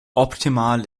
optimal